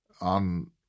on